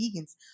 vegans